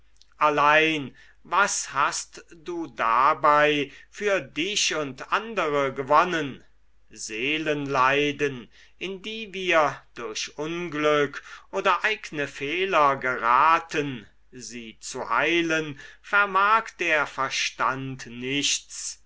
allein was hast du dabei für dich und andere gewonnen seelenleiden in die wir durch unglück oder eigne fehler geraten sie zu heilen vermag der verstand nichts